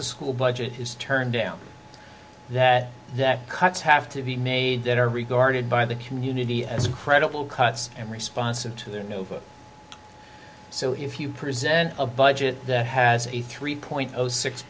a school budget is turned down that that cuts have to be made that are regarded by the community as credible cuts and responsive to their nova so if you present a budget that has a three point